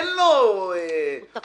עדיין אדם עם מוגבלות לא יכול לצאת.